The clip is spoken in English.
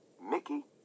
Mickey